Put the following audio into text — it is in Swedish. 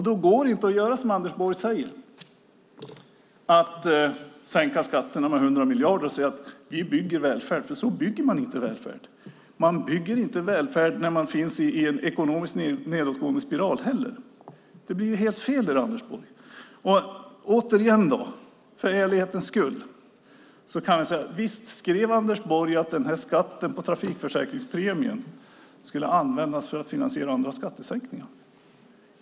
Det går inte att göra som Anders Borg säger, alltså att sänka skatterna med 100 miljarder och säga att man bygger välfärd. Så bygger man nämligen inte välfärd. Man bygger inte välfärd när man befinner sig i en ekonomiskt nedåtgående spiral heller. Det blir helt fel, Anders Borg. Återigen, för ärlighetens skull: Visst skrev Anders Borg att denna skatt på trafikförsäkringspremien skulle användas för att finansiera andra skattesänkningar?